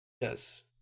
Yes